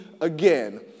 again